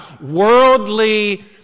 worldly